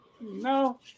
No